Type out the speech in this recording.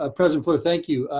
ah president fluor, thank you.